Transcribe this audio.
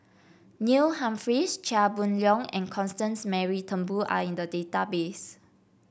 Neil Humphreys Chia Boon Leong and Constance Mary Turnbull are in the database